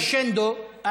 קרשנדו.